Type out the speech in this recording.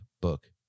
book